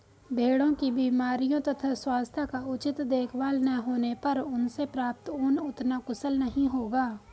भेड़ों की बीमारियों तथा स्वास्थ्य का उचित देखभाल न होने पर उनसे प्राप्त ऊन उतना कुशल नहीं होगा